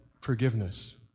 forgiveness